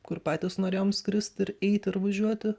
kur patys norėjom skrist ir eit ir važiuoti